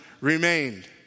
remained